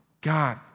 God